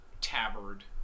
tabard